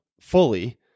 fully